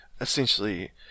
Essentially